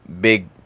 big